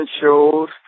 shows